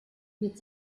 mit